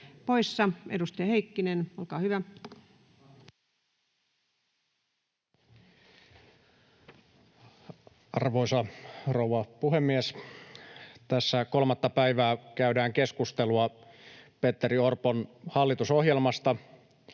15:47 Content: Arvoisa rouva puhemies! Tässä kolmatta päivää käydään keskustelua Petteri Orpon hallitusohjelmasta.